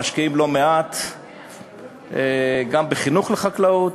משקיעים לא מעט גם בחינוך לחקלאות,